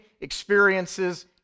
experiences